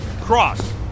Cross